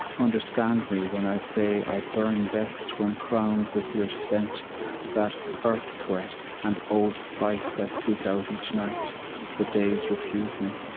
understand me when i say i burn best when crowned with your scent that earth-sweat and old spice i seek out each night the days refuse me.